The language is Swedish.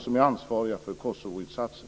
som är ansvariga för Kosovoinsatsen.